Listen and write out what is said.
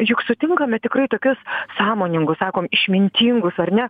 juk sutinkame tikrai tokius sąmoningus sakom išmintingus ar ne